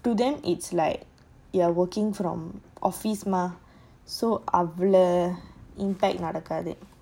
to them it's like you are working from office mah so அவளைநடக்காது:avala nadakathu